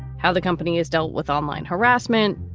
how the company has dealt with online harassment,